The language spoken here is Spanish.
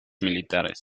militares